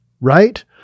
right